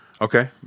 Okay